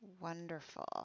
Wonderful